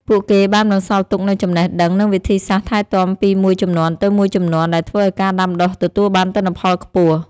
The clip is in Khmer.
ពួកគេបានបន្សល់ទុកនូវចំណេះដឹង និងវិធីសាស្ត្រថែទាំពីមួយជំនាន់ទៅមួយជំនាន់ ដែលធ្វើឲ្យការដាំដុះទទួលបានទិន្នផលខ្ពស់។